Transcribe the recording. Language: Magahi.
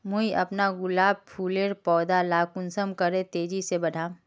मुई अपना गुलाब फूलेर पौधा ला कुंसम करे तेजी से बढ़ाम?